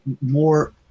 more